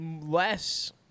less